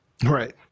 Right